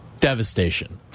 devastation